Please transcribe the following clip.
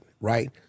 right